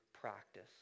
practice